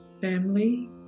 family